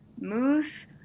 moose